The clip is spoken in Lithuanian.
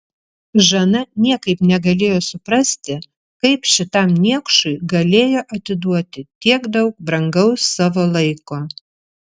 žana niekaip negalėjo suprasti kaip šitam niekšui galėjo atiduoti tiek daug brangaus savo laiko